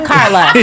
Carla